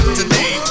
today